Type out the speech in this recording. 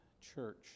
Church